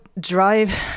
Drive